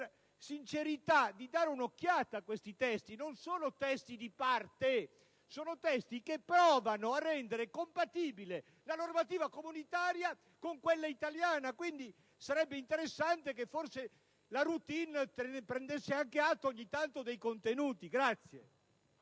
sincerità, di dare un'occhiata a questi testi, che non sono di parte: sono testi che provano a rendere compatibile la normativa italiana con quella comunitaria. Quindi, sarebbe interessante che la *routine* prendesse anche atto, ogni tanto, dei contenuti.